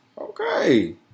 Okay